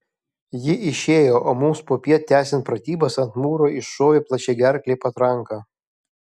ji išėjo o mums popiet tęsiant pratybas ant mūro iššovė plačiagerklė patranka